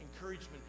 encouragement